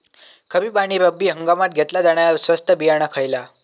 खरीप आणि रब्बी हंगामात घेतला जाणारा स्वस्त बियाणा खयला?